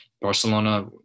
Barcelona